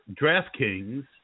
DraftKings